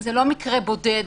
זה לא מקרה בודד,